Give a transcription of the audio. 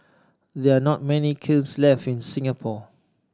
there're not many kilns left in Singapore